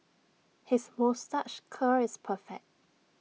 his moustache curl is perfect